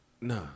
Nah